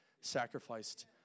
sacrificed